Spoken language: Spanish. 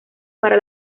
para